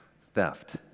theft